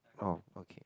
oh okay